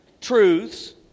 truths